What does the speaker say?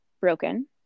broken